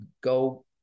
go